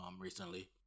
recently